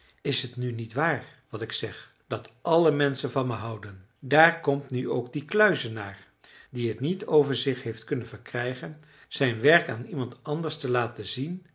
is t nu niet waar wat ik zeg dat alle menschen van me houden daar komt nu ook die kluizenaar die t niet over zich heeft kunnen verkrijgen zijn werk aan iemand anders te laten zien